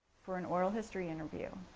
for an oral history interview.